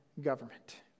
government